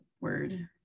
word